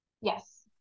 Yes